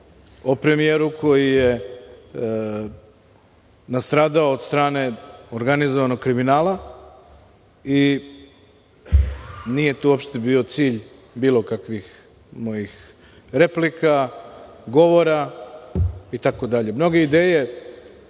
o premijeru koji je nastradao od strane organizovanog kriminala. Nije to uopšte bio cilj bilo kakvih mojih replika, govora itd.